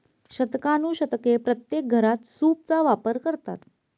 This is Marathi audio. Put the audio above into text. शतकानुशतके प्रत्येक घरात सूपचा वापर करतात